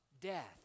death